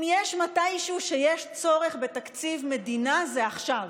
אם יש מתישהו צורך בתקציב מדינה זה עכשיו,